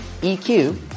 EQ